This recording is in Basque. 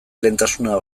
lehentasuna